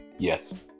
Yes